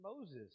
Moses